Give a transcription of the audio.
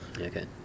Okay